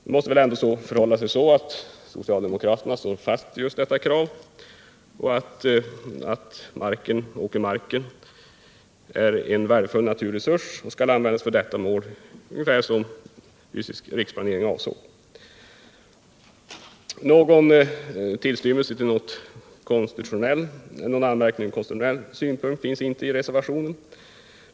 Det måste väl ändå förhålla sig så, att socialdemokratin står fast vid uppfattningen att åkermarken är en värdefull naturresurs som skall användas för det ändamål som riksplaneringen avsåg. Någon tillstymmelse till anmärkning från konstitutionsutskottets synpunkt finns inte i reservationen.